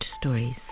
stories